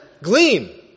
Glean